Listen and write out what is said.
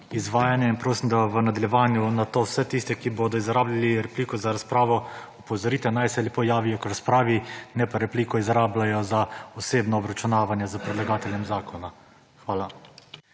izvajanja in prosim, da v nadaljevanju na to vse tiste, ki bodo izrabljali repliko za razpravo opozorite naj se lepo javijo k razpravi ne pa repliko izrabljajo za osebno obračunavanje s predlagateljem zakona. Hvala.